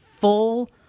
full